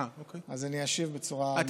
אז אני אשיב בצורה נרחבת.